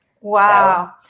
Wow